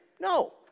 No